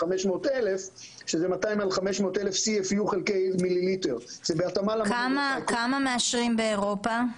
שזה מדרגה של 200 עד 500,000 --- כמה מאשרים באירופה?